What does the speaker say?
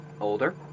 older